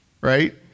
right